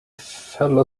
fell